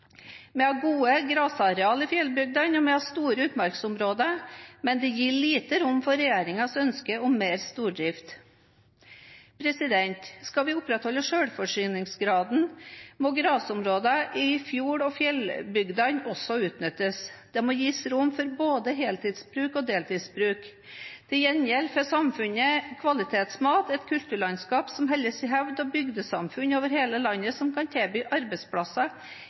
Vi har gode grasarealer i fjellbygdene, og vi har store utmarksområder, men det gir lite rom for regjeringens ønsker om mer stordrift. Skal vi opprettholde selvforsyningsgraden, må også grasområdene i fjord- og fjellbygdene utnyttes. Det må gis rom for både heltids- og deltidsbruk. Til gjengjeld får samfunnet kvalitetsmat, et kulturlandskap som holdes i hevd, og bygdesamfunn over hele landet som kan tilby arbeidsplasser